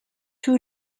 two